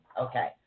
Okay